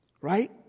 Right